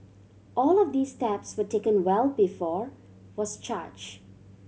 all of these steps were taken well before was charge